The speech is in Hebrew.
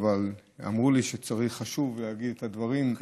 אמרו לי שחשוב להגיד את הדברים.